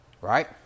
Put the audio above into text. Right